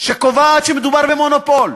שקובעת שמדובר במונופול.